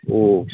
ꯎꯝ